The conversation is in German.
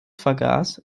vergaß